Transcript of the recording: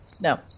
No